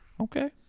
Okay